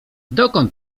dokąd